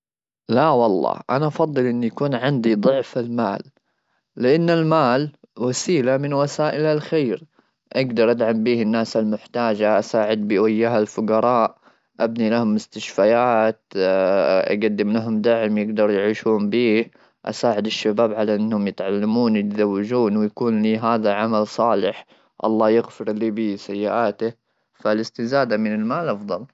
لا والله انا افضل ان يكون عندي ضعف المال لان المال وسيله من وسائل الخير اقدر ادعم به الناس المحتاجه اساعدك وياها الفقراء ابني له مستشفيات يقدم لهم داعم يقدر يعيشون به اساعد الشباب على انهم يتعلمون يتزوجون ويكون هذا عمل صالح الله يغفر لي به سيئاته فالاستاذ من المال.